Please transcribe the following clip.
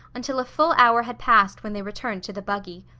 until a full hour had passed when they returned to the buggy.